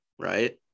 right